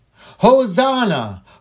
Hosanna